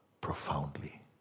profoundly